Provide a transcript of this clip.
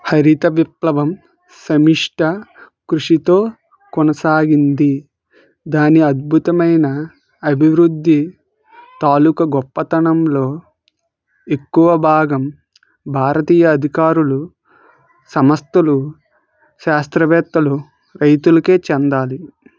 హరిత విప్లవం సమిష్ట కృషితో కొనసాగింది దాని అద్భుతమైన అభివృద్ధి తాలూకు గొప్పతనంలో ఎక్కువ భాగం భారతీయ అధికారులు సంస్థలు శాస్త్రవేత్తలు రైతులకే చెందాలి